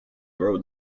grow